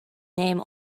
name